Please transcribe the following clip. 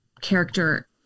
character